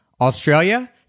Australia